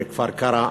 מכפר-קרע,